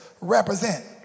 represent